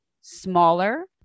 smaller